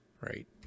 right